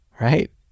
right